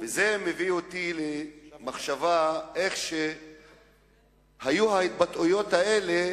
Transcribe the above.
זה מביא אותי למחשבה על איך שהיו ההתבטאויות האלה